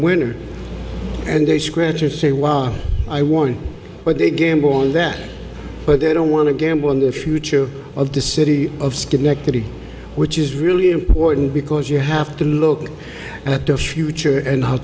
winner and a scratch or say well i won but they gamble on that but they don't want to gamble on the future of the city of schenectady which is really important because you have to look at the future and